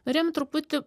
norėjom truputį